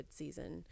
season